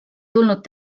tulnud